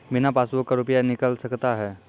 बिना पासबुक का रुपये निकल सकता हैं?